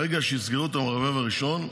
ברגע שיסגרו את המרבב הראשון,